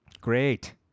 great